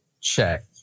check